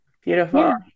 Beautiful